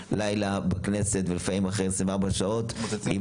אחרי לילה בכנסת לפעמים אחרי 24 שעות אם